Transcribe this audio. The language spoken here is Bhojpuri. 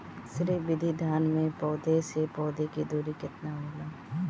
श्री विधि धान में पौधे से पौधे के दुरी केतना होला?